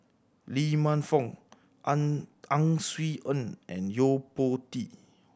Lee Man Fong Ang Ang Swee Aun and Yo Po Tee